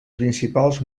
principals